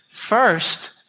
First